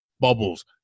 Bubbles